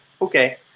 okay